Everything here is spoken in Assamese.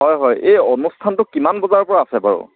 হয় হয় এই অনুষ্ঠানটো কিমান বজাৰ পৰা আছে বাৰু